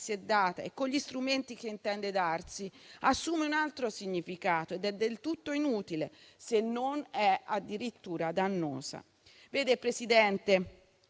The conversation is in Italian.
si è data e con gli strumenti che intende darsi, assume un altro significato: essa è del tutto inutile, se non addirittura dannosa. Vede, Presidente,